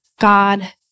God